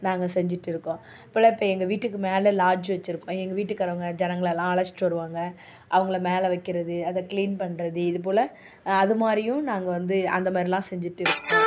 நாங்கள் செஞ்சுட்டு இருக்கோம் இப்போல்லாம் இப்போ எங்கள் வீட்டுக்கு மேலே லார்ட்ஜு வச்சுருக்கோம் எங்கள் வீட்டுக்காரங்க ஜனங்களைலாம் அழைச்சுட்டு வருவாங்க அவங்களை மேலே வைக்கிறது அதை க்ளீன் பண்ணுறது இதுபோல் அது மாரியும் நாங்கள் வந்து அந்த மாதிரிலாம் செஞ்சுட்டு இருப்போ